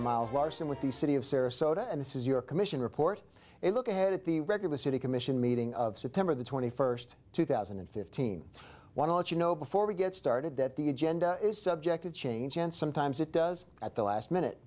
miles larsen with the city of sarasota and this is your commission report a look ahead at the regular city commission meeting of september the twenty first two thousand and fifteen want to let you know before we get started that the agenda is subject to change and sometimes it does at the last minute